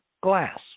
glass